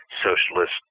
socialist